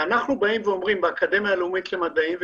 ואמרנו אומרים באקדמיה הלאומית למדעים,